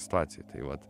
situacija tai vat